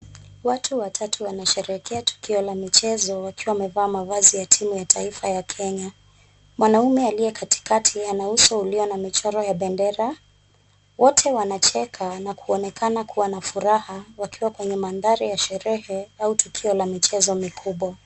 Watu watatu wanasherekea tukio la michezo wakiwa wamevaa mavazi ya timu ya taifa ya Kenya. Mwanaume aliye katikati ana uso ulio na michoro ya bendera. Wote wanacheka na kuonekana kuwa na furaha wakiwa kwenye mandhari ya sherehe au tukio la michezo mikubwa.